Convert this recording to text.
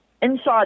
inside